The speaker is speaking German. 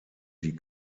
die